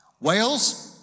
Wales